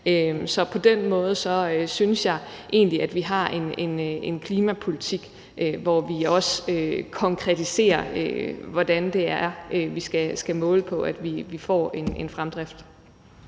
Så på den måde synes jeg egentlig, at vi har en klimapolitik, hvor vi også konkretiserer, hvordan det er, vi skal måle på, at vi får en fremdrift.